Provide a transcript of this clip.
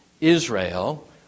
Israel